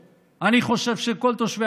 בואו נכניס לתוך תוכניות החינוך,